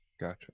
Gotcha